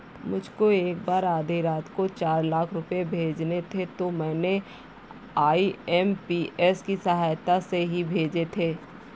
मुझको एक बार आधी रात को चार लाख रुपए भेजने थे तो मैंने आई.एम.पी.एस की सहायता से ही भेजे थे